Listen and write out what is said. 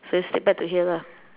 so still back to here lah